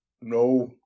No